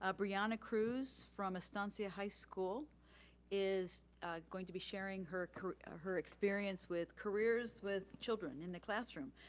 ah brianna cruz from estancia high school is going to be sharing her her experience with careers with children in the classroom.